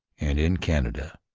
and in canada.